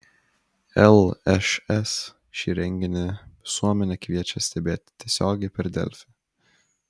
lšs šį renginį visuomenę kviečia stebėti tiesiogiai per delfi